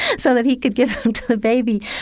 so that he could give them to the baby.